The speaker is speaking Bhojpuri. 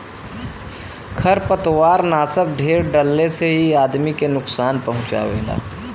खरपतवारनाशक ढेर डलले से इ आदमी के नुकसान पहुँचावला